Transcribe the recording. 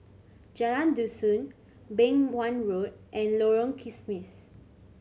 Jalan Dusun Beng Wan Road and Lorong Kismis